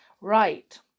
right